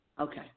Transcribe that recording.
okay